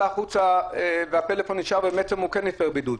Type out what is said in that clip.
החוצה והפלאפון נשאר ובעצם הוא כן הפר בידוד.